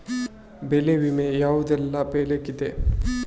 ಬೆಳೆ ವಿಮೆ ಯಾವುದೆಲ್ಲ ಬೆಳೆಗಿದೆ?